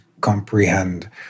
comprehend